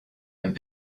and